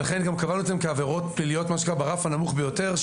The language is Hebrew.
ולכן גם קבענו אותן כעבירות פליליות ברף הנמוך ביותר,